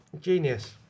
Genius